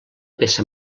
peça